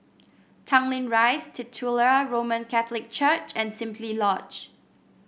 Tanglin Rise Titular Roman Catholic Church and Simply Lodge